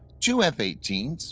two f eighteen,